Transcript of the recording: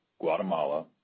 Guatemala